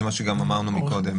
זה מה שגם אמרנו מקודם.